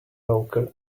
local